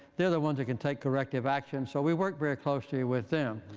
they're the ones who can take corrective action. so we work very closely with them.